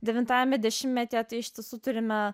devintajame dešimtmetyje tai iš tiesų turime